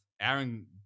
Aaron